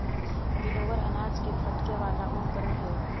winnower अनाज के फटके वाला उपकरण हई